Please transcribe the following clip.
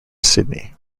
sydney